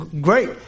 great